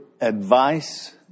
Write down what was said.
advice